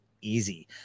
easy